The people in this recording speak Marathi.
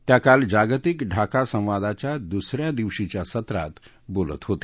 त्या काल जागतिक ढाका संवादाच्या दुसऱ्या दिवशीच्या सत्रात बोलत होते